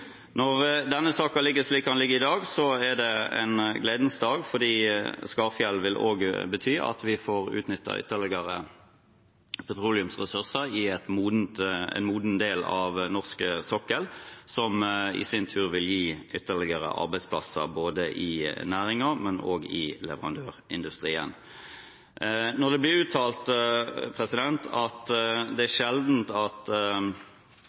Når denne saken ligger slik den ligger i dag, er det en gledens dag fordi Skarfjell også vil bety at vi får utnyttet ytterligere petroleumsressurser i en moden del av norsk sokkel, som i sin tur vil gi ytterligere arbeidsplasser både i næringen og i leverandørindustrien. Når det blir uttalt at det er sjelden at